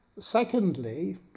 secondly